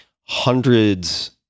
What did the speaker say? hundreds